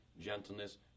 gentleness